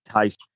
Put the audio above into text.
taste